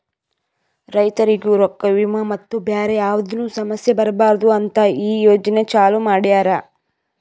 ರೈತುರಿಗ್ ರೊಕ್ಕಾ, ವಿಮಾ ಮತ್ತ ಬ್ಯಾರೆ ಯಾವದ್ನು ಸಮಸ್ಯ ಬರಬಾರದು ಅಂತ್ ಈ ಯೋಜನೆ ಚಾಲೂ ಮಾಡ್ಯಾರ್